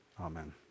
amen